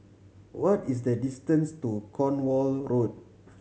what is the distance to Cornwall Road